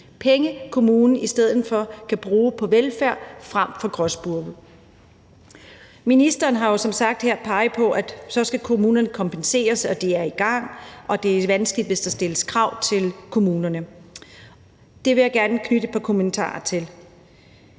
penge, som kommunen kan bruge på velfærd frem for gråspurve. Ministeren har jo som sagt her peget på, at kommunerne så skal kompenseres, og at de er i gang, og at det er vanskeligt, hvis der stilles krav til kommunerne, og det vil jeg gerne knytte et par kommentarer til.